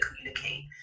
communicate